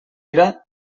era